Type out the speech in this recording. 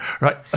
Right